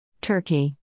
turkey